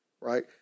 right